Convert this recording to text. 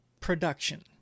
production